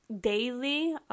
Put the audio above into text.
daily